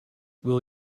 will